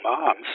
moms